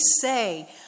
say